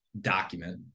document